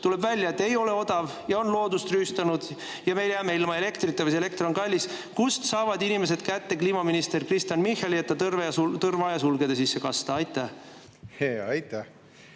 tuleb välja, et ei ole odav ja on loodust rüüstatud ja me jääme ilma elektrita või see elekter on kallis, siis kust saavad inimesed kätte kliimaminister Kristen Michali, et ta tõrva ja sulgede sisse kasta? Aitäh! Noh, ütleme